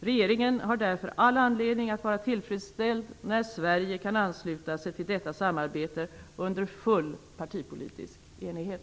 Regeringen har därför all anledning att vara tillfredsställd när Sverige kan ansluta sig till detta samarbete under full partipolitisk enighet.